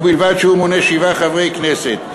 ובלבד שהוא מונה שבעה חברי כנסת.